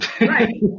Right